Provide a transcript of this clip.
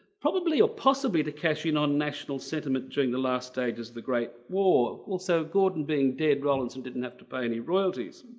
probably or possibly to cash in on national sentiment during the last stages the great war. also of gordon being dead, rawlinson didn't have to pay any royalties.